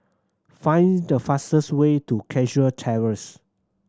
find the fastest way to Cashew Terrace